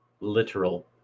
Literal